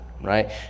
right